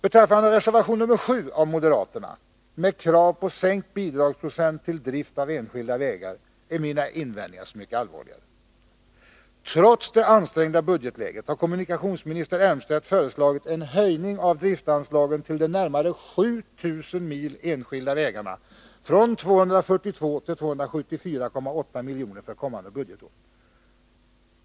Beträffande reservation nr7 av moderaterna, med krav på sänkt bidragsprocent till drift av enskilda vägar, är mina invändningar så mycket allvarligare. Trots det ansträngda budgetläget har kommunikationsminister Elmstedt föreslagit en höjning av driftanslaget till de närmare 7 000 milen enskilda vägar från 242 till 274,8 miljoner för kommande budgetår.